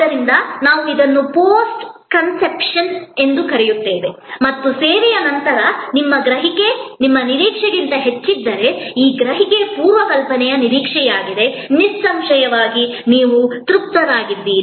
ಆದ್ದರಿಂದ ನಾವು ಇದನ್ನು ಪೋಸ್ಟ್ ಕಾನ್ಸೆಪ್ಷನ್ ಎಂದು ಕರೆಯುತ್ತೇವೆ ಮತ್ತು ಸೇವೆಯ ನಂತರ ನಿಮ್ಮ ಗ್ರಹಿಕೆ ನಿಮ್ಮ ನಿರೀಕ್ಷೆಗಿಂತ ಹೆಚ್ಚಿದ್ದರೆ ಈ ಗ್ರಹಿಕೆ ಪೂರ್ವ ಪರಿಕಲ್ಪನೆಯ ನಿರೀಕ್ಷೆಯಾಗಿದೆ ನಿಸ್ಸಂಶಯವಾಗಿ ನೀವು ತೃಪ್ತರಾಗಿದ್ದೀರಿ